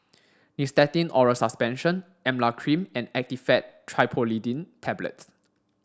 Nystatin Oral Suspension Emla Cream and Actifed Triprolidine Tablets